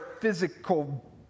physical